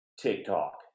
TikTok